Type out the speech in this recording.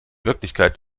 wirklichkeit